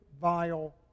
vile